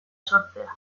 sortzea